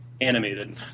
animated